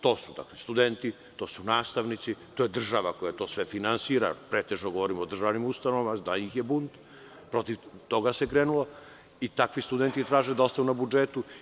To su studenti, nastavnici, država koja sve to finansira, pretežno govorim o državnim ustanovama, jer ih je puno i protiv toga se krenulo i takvi studenti traže da ostanu na budžetu.